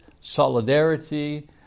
solidarity